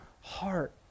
heart